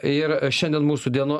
ir šiandien mūsų dieno